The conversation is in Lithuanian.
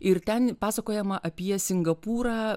ir ten pasakojama apie singapūrą